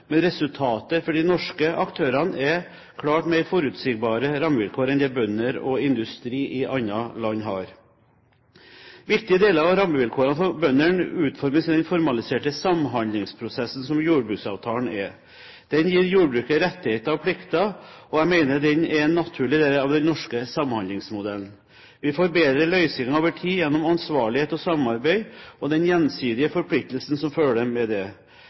men resultatet for de norske aktørene er klart mer forutsigbare rammevilkår enn det bønder og industri i andre land har. Viktige deler av rammevilkårene for bøndene utformes i den formaliserte samhandlingsprosessen som jordbruksavtalen er. Den gir jordbruket rettigheter og plikter, og jeg mener den er en naturlig del av den norske samhandlingsmodellen. Vi får bedre løsninger over tid gjennom ansvarlighet og samarbeid og den gjensidige forpliktelsen som følger med det.